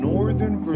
Northern